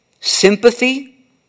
sympathy